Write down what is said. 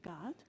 God